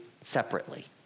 separately